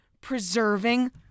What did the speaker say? preserving